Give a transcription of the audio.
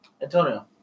Antonio